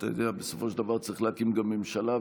בסופו של דבר צריך להקים גם ממשלה,